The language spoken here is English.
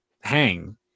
hang